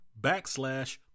backslash